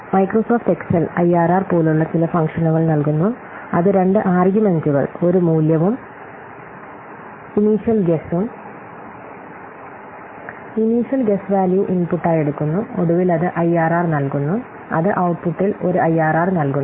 Microsoft Excel IRR പോലുള്ള ചില ഫംഗ്ഷനുകൾ നൽകുന്നു അത് രണ്ട് ആർഗ്യുമെൻറുകൾ ഒരു മൂല്യവും ഇനീശ്യൽ ഗസ്സും ഇനീശ്യൽ ഗസ്സ് വാല്യൂ ഇൻപുട്ടായി എടുക്കുന്നു ഒടുവിൽ അത് ഐആർആർ നൽകുന്നു അത് ഔട്ട്പുട്ടിൽ ഒരു ഐആർആർ നൽകുന്നു